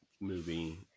movie